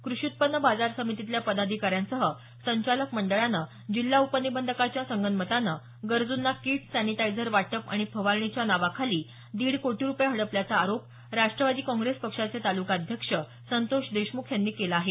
कृषी उत्पन्न बाजार समितीतल्या पदाधिकाऱ्यांसह संचालक मंडळानं जिल्हा उपनिबंधकाच्या संगनमतानं गरजूंना किट्स सॅनिटायझर वाटप आणि फवारणीच्या नावाखाली दीड कोटी रुपये हडपल्याचा आरोप राष्ट्रवादी काँग्रेस पक्षाचे तालुकाध्यक्ष संतोष देशमुख यांनी केला आहे